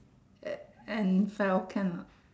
and and fell can or not